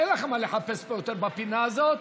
אין לכם מה לחפש פה יותר בפינה הזאת.